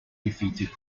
defeated